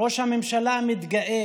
ראש הממשלה מתגאה